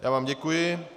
Já vám děkuji.